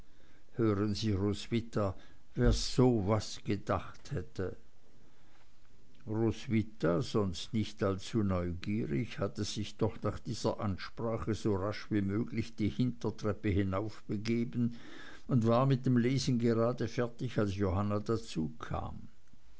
hören sie roswitha wer so was gedacht hätte roswitha sonst nicht allzu neugierig hatte sich doch nach dieser ansprache so rasch wie möglich die hintertreppe hinaufbegeben und war mit dem lesen gerade fertig als johanna dazukam